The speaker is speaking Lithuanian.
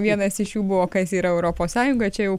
vienas iš jų buvo kas yra europos sąjunga čia jau